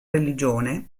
religione